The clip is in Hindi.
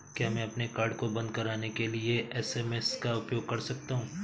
क्या मैं अपने कार्ड को बंद कराने के लिए एस.एम.एस का उपयोग कर सकता हूँ?